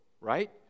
right